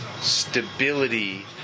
Stability